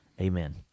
amen